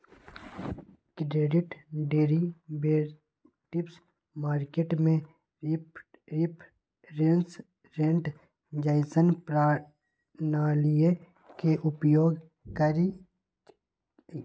credit derivatives market में difference rate जइसन्न प्रणालीइये के उपयोग करइछिए